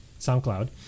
SoundCloud